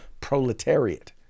proletariat